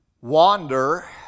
wander